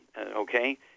okay